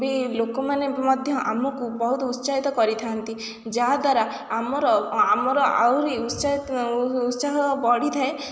ଲୋକମାନେ ମଧ୍ୟ ଆମକୁ ବହୁତ୍ ଉତ୍ସାହିତ କରିଥାନ୍ତି ଯାହାଦ୍ୱାରା ଆମର ଆହୁରି ଉତ୍ସାହ ବଢ଼ିଥାଏ